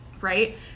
right